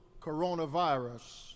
coronavirus